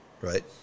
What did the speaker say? Right